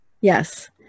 Yes